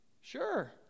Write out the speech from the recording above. Sure